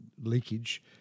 leakage